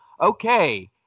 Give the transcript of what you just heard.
Okay